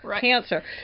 cancer